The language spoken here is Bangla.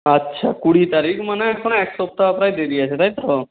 আচ্ছা কুড়ি তারিখ মানে এখনও এক সপ্তাহ প্রায় দেরি আছে তাই তো